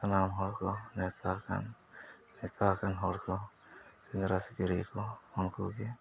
ᱥᱟᱱᱟᱢ ᱦᱚᱲ ᱠᱚ ᱱᱮᱣᱛᱟᱣᱟ ᱟᱠᱟᱱ ᱱᱮᱣᱛᱟ ᱟᱠᱟᱱ ᱦᱚᱲ ᱠᱚ ᱥᱮᱸᱫᱽᱨᱟ ᱥᱤᱠᱟᱹᱨᱤᱭᱟᱹ ᱠᱚ ᱩᱱᱠᱩ ᱜᱮ